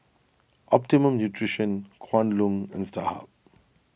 Optimum Nutrition Kwan Loong and Starhub